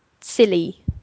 silly